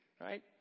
right